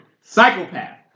Psychopath